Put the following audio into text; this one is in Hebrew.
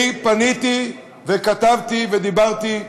פניתי, וכתבתי, ודיברתי,